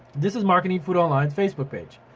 this is marketing food online facebook page.